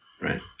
Right